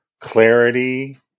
clarity